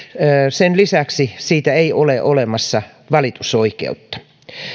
sen lisäksi siitä ei ole olemassa valitusoikeutta